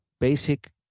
basic